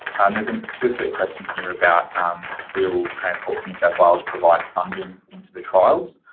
and there's an explicit question here about, um, will transport for new south wales, provide funding into the trials.